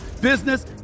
business